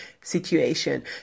situation